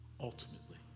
ultimately